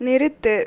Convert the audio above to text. நிறுத்து